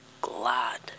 glad